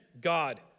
God